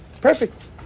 Perfect